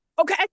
Okay